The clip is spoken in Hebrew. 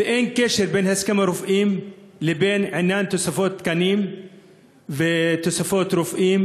ואין קשר בין הסכם הרופאים לבין עניין תוספות תקנים ותוספות רופאים,